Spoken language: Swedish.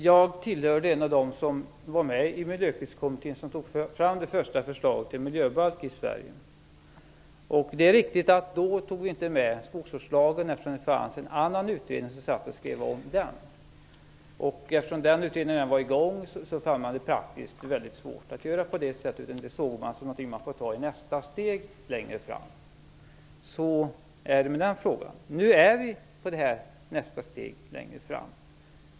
Fru talman! Jag är en av dem som var med i Miljöskyddskommittén som tog fram det första förslaget till miljöbalk i Sverige. Det är riktigt att vi då inte tog med skogsvårdslagen eftersom det fanns en annan utredning som satt och skrev om den. Eftersom den utredningen redan var i gång fann man det praktiskt svårt att göra på något annat sätt. Det sågs som något man fick ta i nästa steg längre fram. Så är det med den frågan. Nu har vi kommit fram till detta nästa steg.